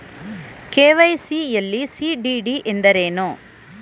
KYC ಯಲ್ಲಿ CDD ಎಂದರೇನು?